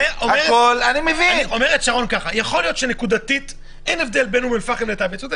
מ-2% ובינתיים הכפלנו את כמות המאומתים מבין אלה שאנחנו